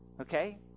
Okay